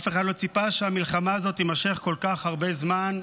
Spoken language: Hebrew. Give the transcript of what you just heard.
אף אחד לא ציפה שהמלחמה הזאת תימשך כל כך הרבה זמן.